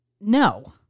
No